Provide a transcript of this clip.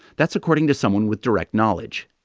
that's according to someone with direct knowledge.